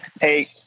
Hey